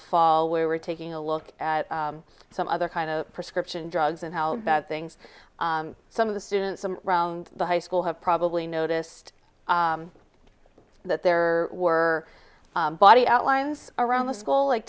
fall where we're taking a look at some other kind of prescription drugs and how bad things some of the students from around the high school have probably noticed that there were body outlines around the school